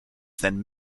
than